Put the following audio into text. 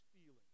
feeling